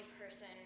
person